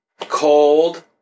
Cold